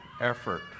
effort